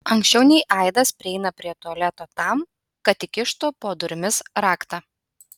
anksčiau nei aidas prieina prie tualeto tam kad įkištų po durimis raktą